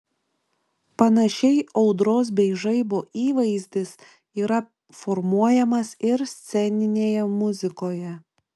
panašiai audros bei žaibo įvaizdis yra formuojamas ir sceninėje muzikoje